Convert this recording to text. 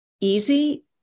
easy